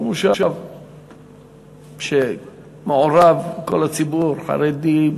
שהוא מושב שמעורב מכל הציבור: חרדים,